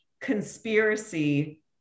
conspiracy